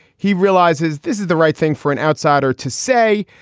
he realizes this is the right thing for an outsider to say.